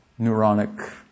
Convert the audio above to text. neuronic